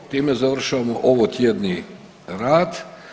Time završavamo ovotjedni rad.